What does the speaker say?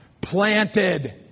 planted